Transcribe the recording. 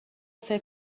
فکر